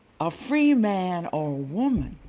a free man or woman